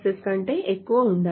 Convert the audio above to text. assets కంటే ఎక్కువ ఉండాలి మరియు S